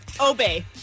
Obey